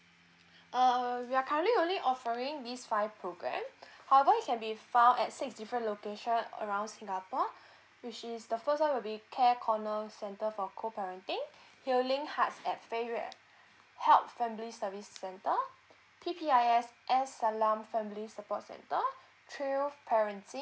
uh we are currently only offering this five program however it can be found at six different location around singapore which is the first one will be care corner center for co parenting healing hearts at fei yue health family service centre P_P_I_S salam family support center T_R_I_O parenting